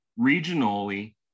regionally